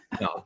no